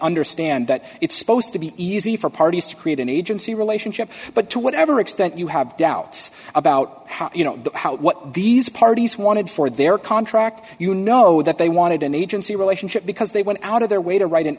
understand that it's supposed to be easy for parties to create an agency relationship but to whatever extent you have doubts about how you know how what these parties wanted for their contract you know that they wanted an agency relationship because they went out of their way to write